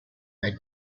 that